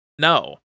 No